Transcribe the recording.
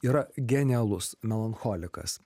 yra genialus melancholikas